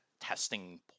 testing